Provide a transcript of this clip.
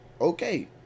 Okay